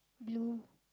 blue